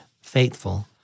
faithful